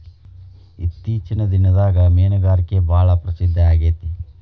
ಇತ್ತೇಚಿನ ದಿನದಾಗ ಮೇನುಗಾರಿಕೆ ಭಾಳ ಪ್ರಸಿದ್ದ ಆಗೇತಿ